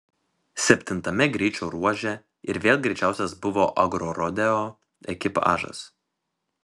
septintame greičio ruože ir vėl greičiausias buvo agrorodeo ekipažas